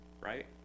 right